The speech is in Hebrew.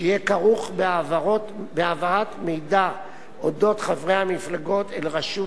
שיהיה כרוך בהעברת מידע על חברי המפלגות אל רשות